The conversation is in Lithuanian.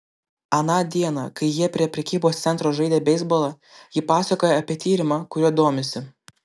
aną dieną kai jie prie prekybos centro žaidė beisbolą ji pasakojo apie tyrimą kuriuo domisi